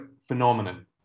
phenomenon